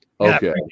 Okay